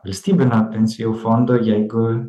valstybinio pensijų fondo jeigu